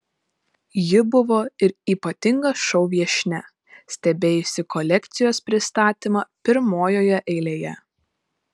ji buvo ir ypatinga šou viešnia stebėjusi kolekcijos pristatymą pirmojoje eilėje